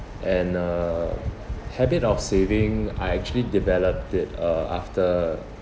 and uh habit of saving I actually developed it uh after